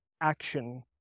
action